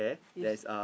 yes